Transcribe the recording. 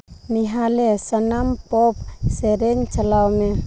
ᱱᱮᱦᱟᱞᱮ ᱥᱟᱱᱟᱢ ᱯᱚᱯ ᱥᱮᱨᱮᱧ ᱪᱟᱞᱟᱣ ᱢᱮ